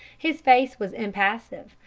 his face was impassive,